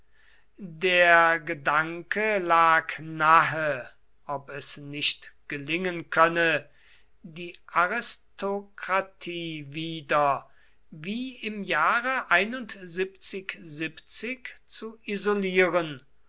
der gedanke lag nahe ob es nicht gelingen könne die aristokratie wieder wie im jahre zu isolieren